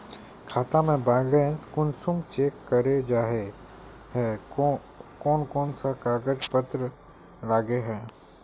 खाता में बैलेंस कुंसम चेक करे जाय है कोन कोन सा कागज पत्र लगे है?